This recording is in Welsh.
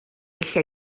lle